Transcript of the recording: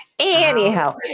Anyhow